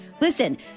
listen